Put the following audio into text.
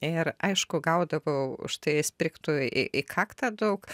ir aišku gaudavau už tai sprigtų į į kaktą daug